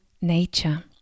nature